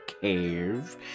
cave